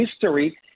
history